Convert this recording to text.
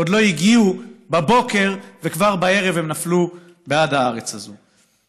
שעוד לא הגיעו בבוקר וכבר בערב הם נפלו בעד הארץ הזאת.